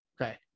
Okay